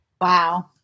Wow